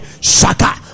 Shaka